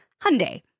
Hyundai